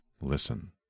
listen